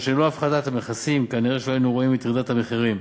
הרי שללא הפחתת המכסים כנראה לא היינו רואים את ירידת מחירים.